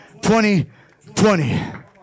2020